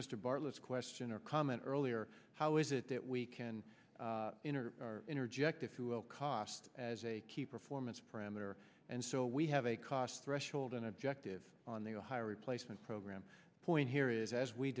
mr bartlett's question or comment earlier how is it that we can interject if you will cost as a key performance parameter and so we have a cost threshold and objective on the high replacement program point here is as we